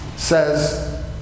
says